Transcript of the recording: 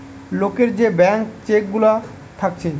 লোকের যে blank check গুলা থাকছে